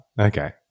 okay